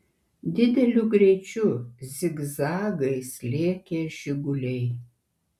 dideliu greičiu zigzagais lėkė žiguliai